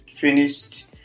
finished